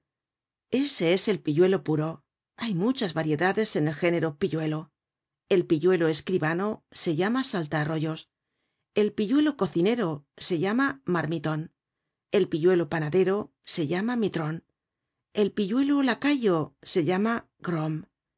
ese es el pilludo puro hay muchas variedades en el género pilludo el pilludo escribano se llama salta arroyos el pilludo cocinero se llama marmiton el pilludo panadero se llama mitron el pilludo lacayo se llama